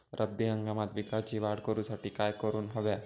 रब्बी हंगामात पिकांची वाढ करूसाठी काय करून हव्या?